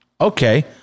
Okay